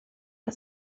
que